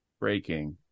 breaking